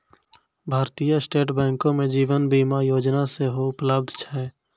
भारतीय स्टेट बैंको मे जीवन बीमा योजना सेहो उपलब्ध छै